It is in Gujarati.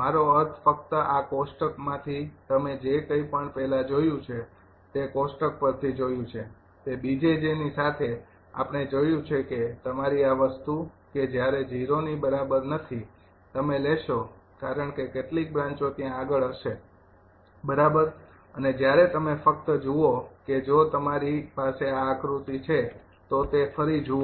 મારો અર્થ ફક્ત આ કોષ્ટકમાંથી તમે જે કંઈપણ પહેલાં જોયું છે તે કોષ્ટક પરથી જ જોયું છે તે 𝐵𝑗𝑗 ની સાથે આપણે જોયું છે કે તમારી આ વસ્તુ કે જ્યારે 0 ની બરાબર નથી તમે લેશો કારણ કે કેટલીક બ્રાંચો ત્યાં આગળ હશે બરાબર અને જ્યારે તમે ફક્ત જુઓ કે જો તમારી પાસે આ આકૃતિ છે તો તે ફરી જુઓ